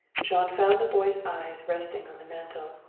jean found the boy's eyes resting on the mantel.